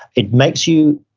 it makes you,